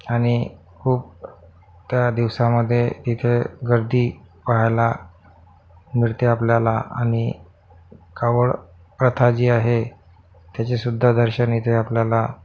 आणि खूप त्या दिवसामध्ये इथे गर्दी पाहायला मिळते आपल्याला आणि कावड प्रथा जी आहे त्याचेसुद्धा दर्शन इथे आपल्याला